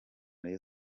rayon